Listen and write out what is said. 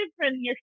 different